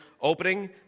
opening